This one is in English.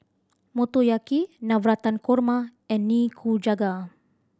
Motoyaki Navratan Korma and Nikujaga